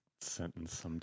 sentence